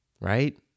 Right